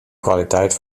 kwaliteit